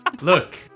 Look